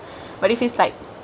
but this is like